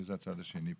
מי זה הצד השני פה?